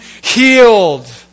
healed